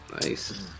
Nice